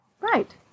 Right